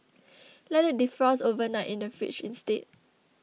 let it defrost overnight in the fridge instead